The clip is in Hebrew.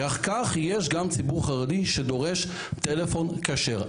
כך יש גם ציבור חרדי שדורש טלפון כשר.